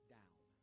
down